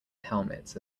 helmets